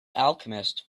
alchemist